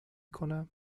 کنم